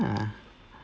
ah